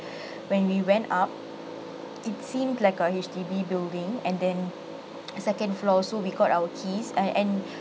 when we went up it seems like a H_D_B building and then second floor so we got our keys I and